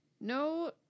no